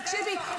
תקשיבי,